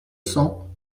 cents